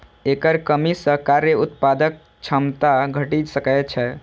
एकर कमी सं कार्य उत्पादक क्षमता घटि सकै छै